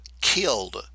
killed